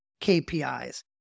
KPIs